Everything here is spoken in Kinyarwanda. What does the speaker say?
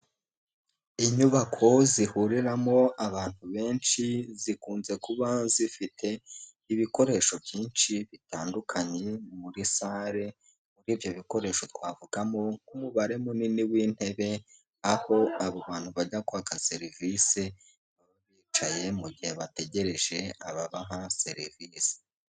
Inyubako zihuriramo abantu benshi, zikunze kuba zifite ibikoresho byinshi bitandukanye muri salle. Muri ibyo bikoresho twavugamo nk'umubare munini w'intebe, aho abo bantu bajya kwaka serivisi bicaye mu gihe bategereje ababaha serivisi.